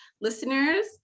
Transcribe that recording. listeners